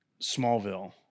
Smallville